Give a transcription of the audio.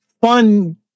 fun